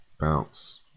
bounce